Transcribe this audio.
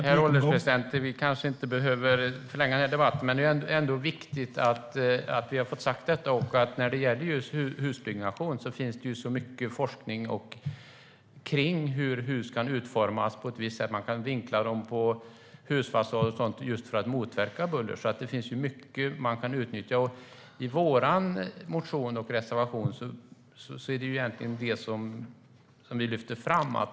Herr ålderspresident! Vi kanske inte behöver förlänga debatten, men det är viktigt att vi har fått sagt detta. När det gäller husbyggnation finns det mycket forskning kring hur hus kan utformas. Man kan vinkla husfasader och sådant just för att motverka buller. Det finns mycket man kan utnyttja. I vår motion och reservation är det egentligen det som vi lyfter fram.